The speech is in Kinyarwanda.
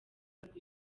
ngo